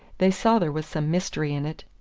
they saw there was some mystery in it.